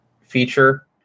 feature